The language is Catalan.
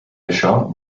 això